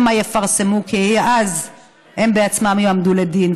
שמא יפרסמו, כי אז הם בעצמם יועמדו לדין.